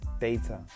data